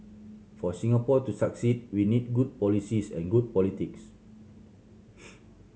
for Singapore to succeed we need good policies and good politics